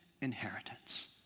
inheritance